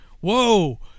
whoa